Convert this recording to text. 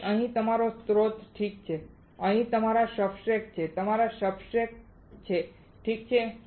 તેથી અહીં તમારો સ્રોત ઠીક છે અહીં તમારા સબસ્ટ્રેટ્સ છે તમારા સબસ્ટ્રેટ્સ છે ઠીક છે